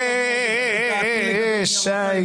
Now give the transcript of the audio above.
הי, שי.